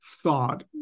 thought